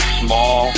small